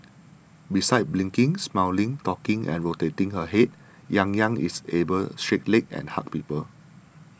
besides blinking smiling talking and rotating her head Yang Yang is able shake ling and hug people